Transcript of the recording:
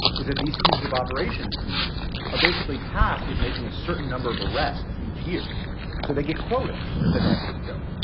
is that these fugitive operations teams are basically tasked with making a certain number of arrests each year so they get quotas that they have to fulfill.